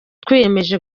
twiyemeje